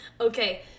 Okay